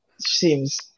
seems